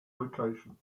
locations